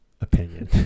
opinion